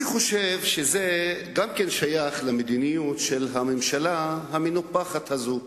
אני חושב שזה שייך גם למדיניות של הממשלה המנופחת הזאת.